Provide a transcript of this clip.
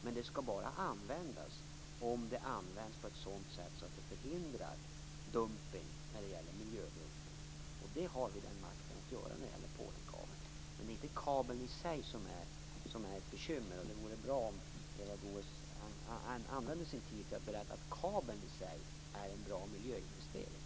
Men det skall bara användas på ett sådant sätt att det förhindrar miljödumpning. Vi har makten att göra det när det gäller Polenkabeln. Det är inte kabeln i sig som är ett bekymmer. Det vore bra om Eva Goës använde sin tid till att berätta att kabeln i sig är en bra miljöinvestering.